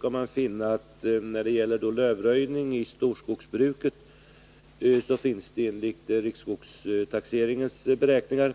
kan man konstatera att det när det gäller lövröjning enligt riksskogstaxeringens beräkningar